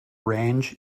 range